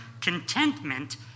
contentment